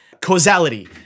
Causality